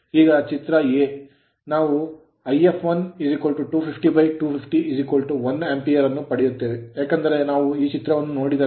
ಈಗ ಚಿತ್ರ ನಾವು If1 250250 1 Ampere ಆಂಪಿಯರ್ ಯನ್ನು ಪಡೆಯುತ್ತೇವೆ ಏಕೆಂದರೆ ನಾವು ಈ ಚಿತ್ರವನ್ನು ನೋಡಿದರೆ ಇದು 250 ವೋಲ್ಟ್ ಮತ್ತು Rf 250Ω